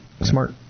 smart